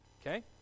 Okay